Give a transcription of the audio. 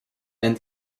and